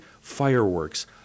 fireworks